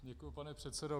Děkuji, pane předsedo.